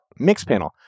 Mixpanel